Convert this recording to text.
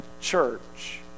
church